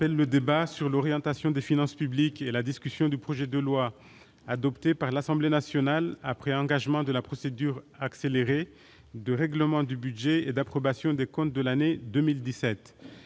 le débat sur l'orientation des finances publiques et la discussion du projet de loi, adopté par l'Assemblée nationale après engagement de la procédure accélérée, de règlement du budget et d'approbation des comptes de l'année 2017